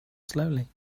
slowly